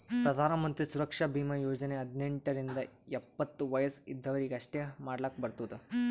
ಪ್ರಧಾನ್ ಮಂತ್ರಿ ಸುರಕ್ಷಾ ಭೀಮಾ ಯೋಜನಾ ಹದ್ನೆಂಟ್ ರಿಂದ ಎಪ್ಪತ್ತ ವಯಸ್ ಇದ್ದವರೀಗಿ ಅಷ್ಟೇ ಮಾಡ್ಲಾಕ್ ಬರ್ತುದ